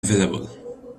available